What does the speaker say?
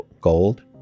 gold